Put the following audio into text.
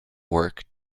work